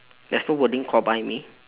there's no wording called buy me